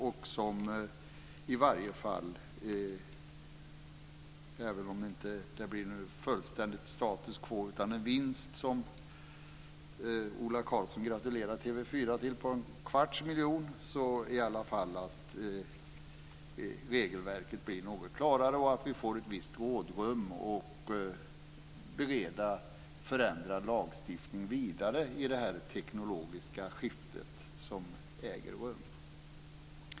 Även om det inte blir fullständigt status quo utan en vinst, som Ola Karlsson gratulerar TV 4 till, på en kvarts miljard, så blir regelverket något klarare. Vi får ett visst rådrum för att bereda förändrad lagstiftning vidare i det teknologiska skifte som äger rum.